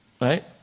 right